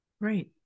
Right